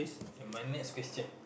and my next question is